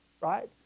right